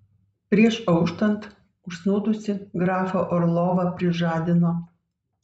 prieš auštant užsnūdusį grafą orlovą prižadino